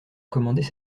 commandait